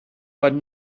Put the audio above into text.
but